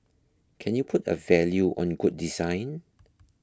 can you put a value on good design